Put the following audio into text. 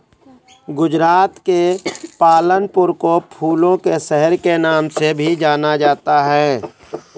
गुजरात के पालनपुर को फूलों के शहर के नाम से भी जाना जाता है